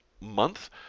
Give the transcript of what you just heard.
month